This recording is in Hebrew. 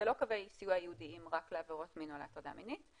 זה לא קווי סיוע ייעודיים רק לעבירות מין או להטרדה מינית,